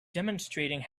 demonstrating